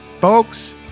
Folks